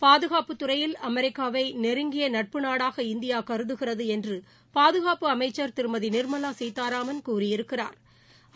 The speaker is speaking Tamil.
பாதுகாப்புத் துறையில் அமெிக்காவை நெருஞ்கிய பங்காளியாக இந்தியா கருதுகிறது என்று பாதுகாப்பு அமைச்சா் திருமதி நிாமலா சீதாராமன் கூறியிருக்கிறாா்